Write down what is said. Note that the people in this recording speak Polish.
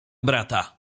brata